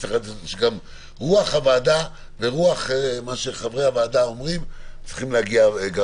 רוח הוועדה ומה שחברי הוועדה אומרים, צריך להגיע.